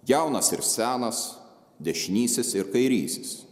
jaunas ir senas dešinysis ir kairysis